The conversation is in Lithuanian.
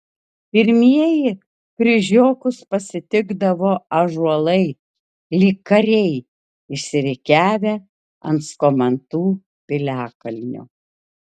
pirmieji kryžiokus pasitikdavo ąžuolai lyg kariai išsirikiavę ant skomantų piliakalnio